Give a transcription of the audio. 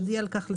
יודיע על כך לשר.